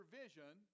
vision